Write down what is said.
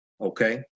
okay